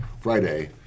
Friday